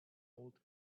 old